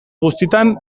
guztietan